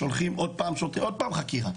שולחים עוד פעם שוטר ועוד פעם חקירה,